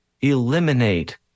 eliminate